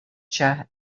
ĉar